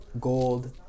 gold